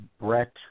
Brett